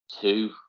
Two